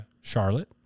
Charlotte